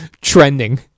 trending